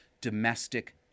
domestic